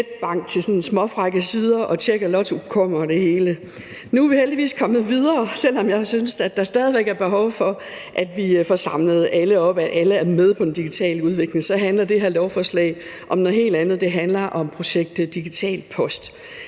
netbank, til småfrække sider og tjek af lottokuponer og det hele. Nu er vi heldigvis kommet videre, selv om jeg synes, at der stadig væk er behov for, at vi får samlet alle op, og at alle er med på den digitale udvikling. Det her lovforslag handler om noget helt andet, det handler om projekt Digital Post,